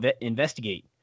investigate